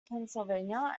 pennsylvania